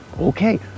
okay